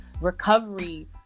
recovery